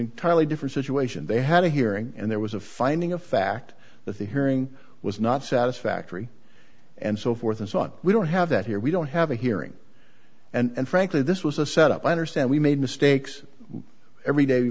entirely different situation they had a hearing and there was a finding of fact that the hearing was not satisfactory and so forth and so on we don't have that here we don't have a hearing and frankly this was a set up i understand we made mistakes every day we